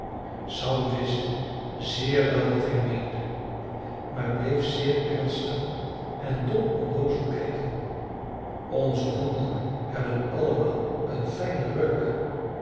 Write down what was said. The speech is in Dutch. sam wist zeer wel wat hij meende maar bleef zeer ernstig en dom onnoozel kijken onze honden hebben allemaal een fijnen reuk